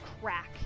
crack